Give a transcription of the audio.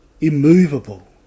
immovable